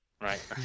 right